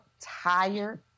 tired